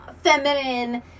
feminine